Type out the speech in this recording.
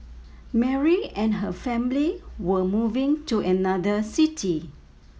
Mary and her family were moving to another city